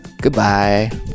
Goodbye